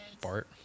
Bart